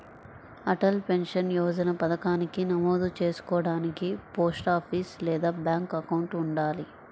Atal pension Yojana పథకానికి నమోదు చేసుకోడానికి పోస్టాఫీస్ లేదా బ్యాంక్ అకౌంట్ ఉండాలి